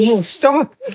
Stop